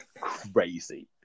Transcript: Crazy